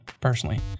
personally